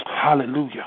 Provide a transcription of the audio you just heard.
Hallelujah